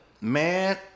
man